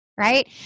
right